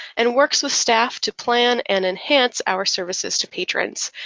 and works with staff to plan and enhance our services to patrons.